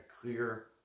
clear